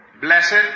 Blessed